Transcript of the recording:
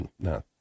No